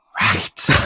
right